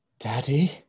Daddy